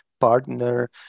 partner